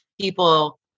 people